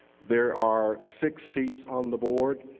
there are six seats on the board.